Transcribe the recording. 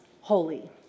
holy